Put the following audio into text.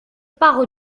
pars